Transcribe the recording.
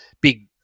big